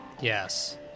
Yes